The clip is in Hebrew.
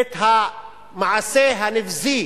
את המעשה הנבזי